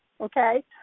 Okay